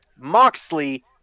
Moxley